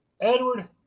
Edward